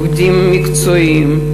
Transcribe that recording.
עובדים מקצועיים,